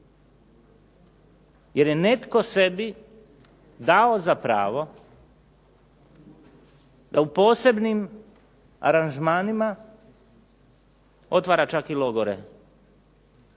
jer je netko sebi dao za pravo da u posebnim aranžmanima otvara čak i logore,